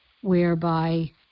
whereby